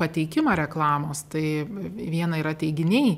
pateikimą reklamos tai viena yra teiginiai